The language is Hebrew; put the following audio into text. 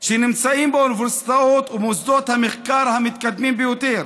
שנמצאים באוניברסיטאות ובמוסדות המחקר המתקדמים ביותר,